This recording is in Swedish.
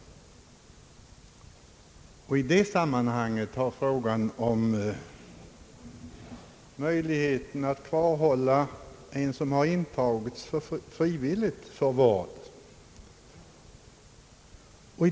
I samband därmed har också diskuterats frågan om möjligheten att kvarhålla en person som intagits frivilligt för vård.